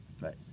right